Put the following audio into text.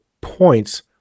points